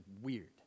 weird